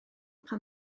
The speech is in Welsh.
pan